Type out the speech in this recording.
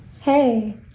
Hey